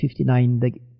59